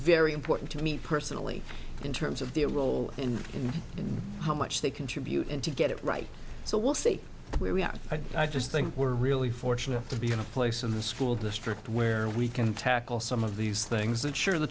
very important to me personally in terms of the a role in how much they contribute and to get it right so we'll see where we are i just think we're really fortunate to be in a place in the school district where we can tackle some of these things i'm sure the